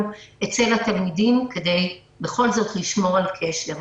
אצל התלמידים כדי בכל זאת לשמור על קשר.